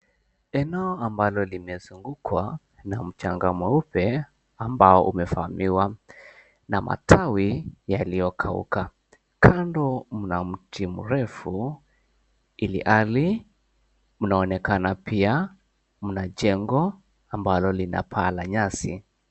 Eneo ambalo lomezungukwa na mchanga mweupe ambao umevamiwa na matawi yaliyokauka. Kando mna mti mrefu ilhali mnaonekana kuwa mna jengo ambalo lina paa la nyasi.